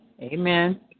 Amen